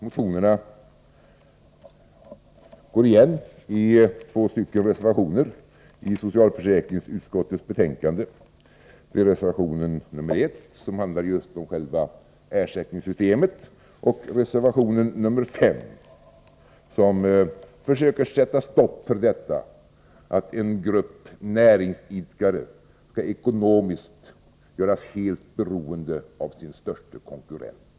Motionerna går igen i två reservationer till socialförsäkringsutskottets betänkande. Det är reservation nr 1, som handlar om själva ersättningssystemet, och reservation nr 5, som försöker sätta stopp för att en grupp näringsidkare skall göras ekonomiskt helt beroende av sin störste konkurrent.